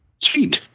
Sweet